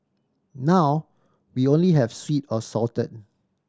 now we only have sweet or salted